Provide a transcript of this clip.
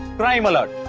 crime alert,